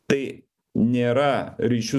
tai nėra ryšių